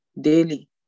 daily